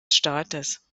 staates